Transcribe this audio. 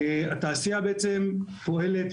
התעשייה בעצם פועלת,